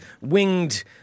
winged